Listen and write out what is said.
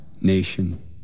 nation